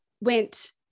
went